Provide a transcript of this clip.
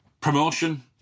Promotion